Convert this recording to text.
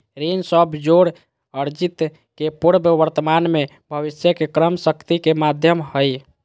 ऋण सब जोड़ अर्जित के पूर्व वर्तमान में भविष्य के क्रय शक्ति के माध्यम हइ